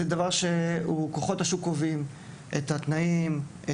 כוחות השוק קובעים את התנאים,